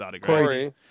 Corey